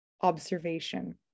observation